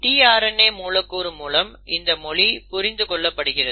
tRNA மூலக்கூறு மூலம் இந்த மொழி புரிந்து கொள்ளப்படுகிறது